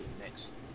next